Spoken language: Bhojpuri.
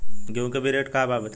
गेहूं के अभी का रेट बा बताई?